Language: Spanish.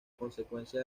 consecuencia